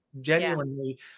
genuinely